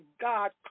God